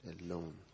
alone